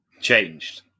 changed